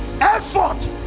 effort